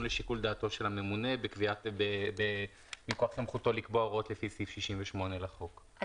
לשיקול דעתו של הממונה מכוח סמכותו לקבוע הוראות לפי סעיף 68 לחוק.